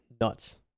nuts